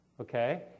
Okay